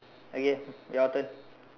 okay your turn